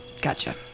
gotcha